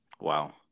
Wow